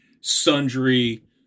sundry